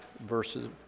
verses